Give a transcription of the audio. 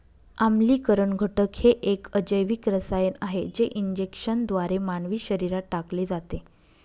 आम्लीकरण घटक हे एक अजैविक रसायन आहे जे इंजेक्शनद्वारे मानवी शरीरात टाकले जाते